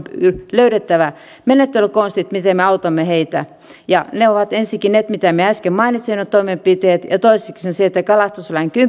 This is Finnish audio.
löydettävä menettelykonstit miten me autamme heitä niitä ovat ensinnäkin ne toimenpiteet mitä minä äsken mainitsin ja toisena on se kalastuslain kymmenes